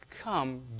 come